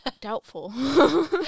Doubtful